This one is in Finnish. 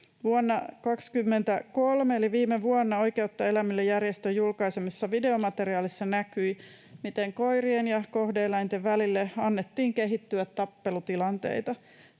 Vuonna 23 eli viime vuonna Oikeutta eläimille ‑järjestön julkaisemassa videomateriaalissa näkyi, miten koirien ja kohde-eläinten välille annettiin kehittyä tappelutilanteita.